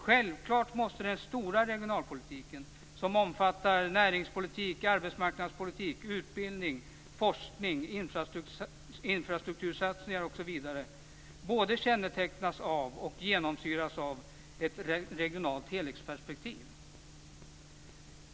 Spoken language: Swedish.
Självfallet måste den stora regionalpolitiken, som omfattar näringspolitik, arbetsmarknadspolitik, utbildning, forskning, infrastruktursatsningar osv., både kännetecknas och genomsyras av ett regionalt helhetsperspektiv.